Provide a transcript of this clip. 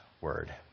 word